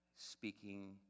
speaking